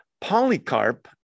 Polycarp